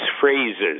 phrases